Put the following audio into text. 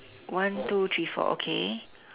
one two three four okay